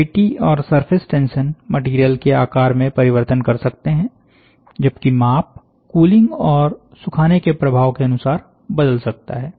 gravity और surface tension material के आकार में परिवर्तन कर सकते है जबकि माप कूलिंग और सुखाने के प्रभाव के अनुसार बदल सकता है